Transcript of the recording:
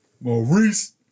Maurice